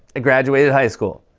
graduated high school.